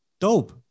Dope